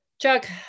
Chuck